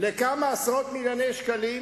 לכמה עשרות מיליוני שקלים,